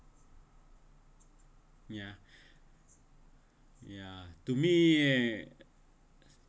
ya ya to me